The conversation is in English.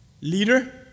Leader